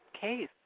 case